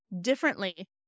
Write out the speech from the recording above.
differently